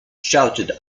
shouted